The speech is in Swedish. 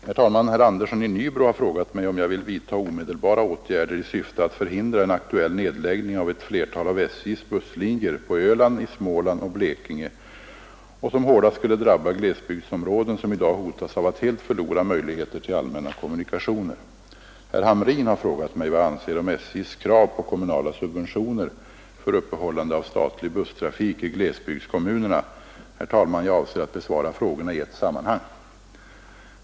Herr talman! Herr Andersson i Nybro har frågat mig om jag vill vidta omedelbara åtgärder i syfte att förhindra en aktuell nedläggning av ett flertal av SJ:s busslinjer — på Öland, i Småland och Blekinge — och som hårdast skulle drabba glesbygdsområden som i dag hotas av att helt förlora möjligheter till allmänna kommunikationer. Herr Hamrin har frågat mig vad jag anser om SJ:s krav på kommunala subventioner för uppehållande av statlig busstrafik i glesbygdskommunerna. Jag avser att besvara frågorna i ett sammanhang.